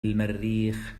المريخ